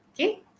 okay